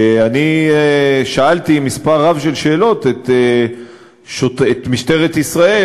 שאני שאלתי מספר רב של שאלות את משטרת ישראל,